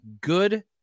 good